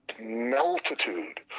multitude